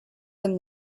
and